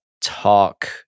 talk